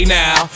now